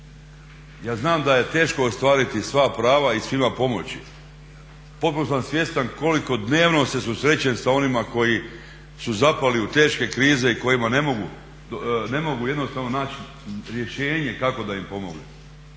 Ja znam da je teško ostvariti sva prava i svima pomoći. Potpuno sam svjestan koliko dnevno se susrećem sa onima koji su zapali u teške krize i kojima ne mogu jednostavno naći rješenje kako da im pomognem.